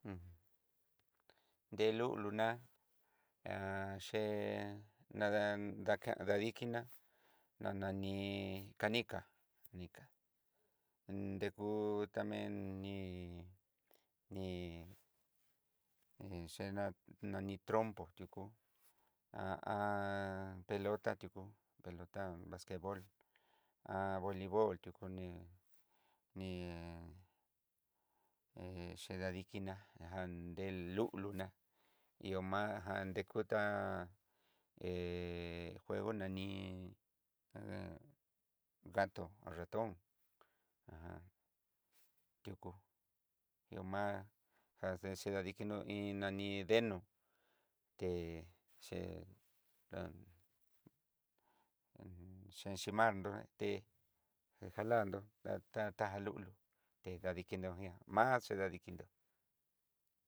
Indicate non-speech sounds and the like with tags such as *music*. H *hesitation* nre lulu ná, *hesitation* ché nada nrakan nadikiná na nani canica canica nrekú, tamen ní ni *hesitation* xhená nni trompo tuko *hesitation* pelota tuko pelota basquetbol, *hesitation* leibol tuko ní ní che dadiki ná jan de luluná ihó majan dekutá *hesitation* gueju naní ejen gató ratón ajan, tuku ihó má jaxhi dadikinró iin nani denú té che dán uj *hesitation* ché chimandó té jalanró nratata jalunró ihá más ché dadikinró.